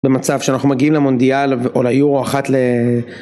במצב שאנחנו מגיעים למונדיאל או ליורו אחת ל...